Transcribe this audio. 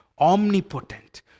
omnipotent